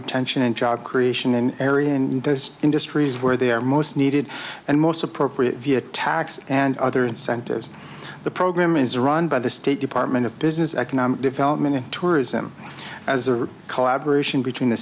retention and job creation in area in this industries where they're most needed and most appropriate via tax and other incentives the program is run by the state department of business economic development and tourism as a collaboration between the